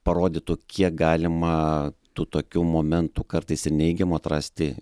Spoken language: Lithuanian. parodytų kiek galima tų tokių momentų kartais ir neigiamų atrasti